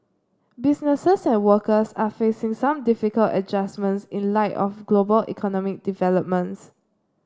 businesses and workers are facing some difficult adjustments in light of global economic developments